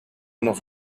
nos